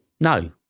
No